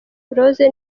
rose